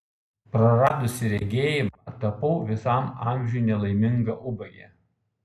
praradusi regėjimą tapau visam amžiui nelaiminga ubagė